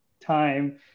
time